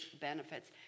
benefits